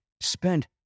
spent